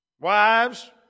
Wives